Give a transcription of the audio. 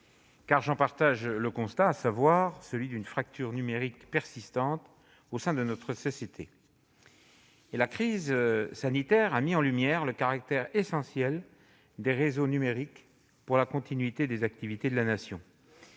car j'en partage le constat, à savoir celui d'une fracture numérique persistante au sein de notre société. La crise sanitaire a mis en lumière le caractère essentiel des réseaux numériques pour la continuité des activités de la Nation,